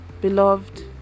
beloved